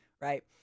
Right